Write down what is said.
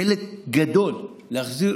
חלק מהחזרתו